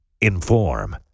Inform